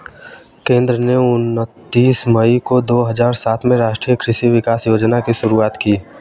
केंद्र ने उनतीस मई दो हजार सात में राष्ट्रीय कृषि विकास योजना की शुरूआत की